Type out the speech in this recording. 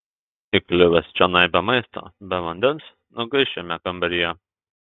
įkliuvęs čionai be maisto be vandens nugaiš šiame kambaryje